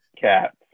Cats